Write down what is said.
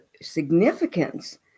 significance